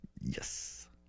Yes